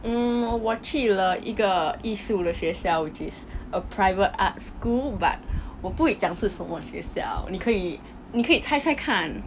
mm 我去了一个艺术的学校 which is a private art school but 我不会讲是什么学校你可以你可以猜猜看